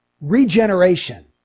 regeneration